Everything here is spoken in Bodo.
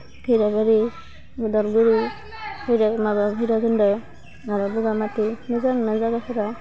खैराबारि अदालगुरि भैरा माबायाव भैराखोन्दो आरो बगामाथि मोजांना जागाफोरा